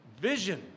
vision